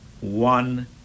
one